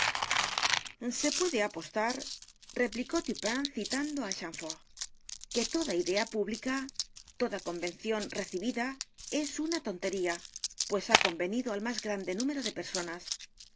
se puede apostar replicó dupin citando á chamfort que toda idea pública toda convención r e cibida es una tontería pues h a convenido al más grande número de personas